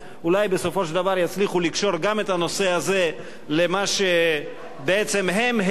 אולי בסופו של דבר יצליחו לקשור גם את הנושא הזה למה שבעצם הם העלו